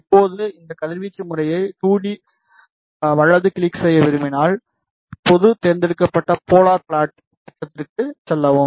இப்போது இந்த கதிர்வீச்சு முறையை 2 டி வலது கிளிக் செய்ய விரும்பினால் பொது தேர்ந்தெடுக்கப்பட்ட போலார் ப்ளாட் திட்டத்திற்குச் செல்லவும்